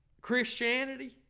Christianity